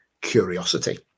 curiosity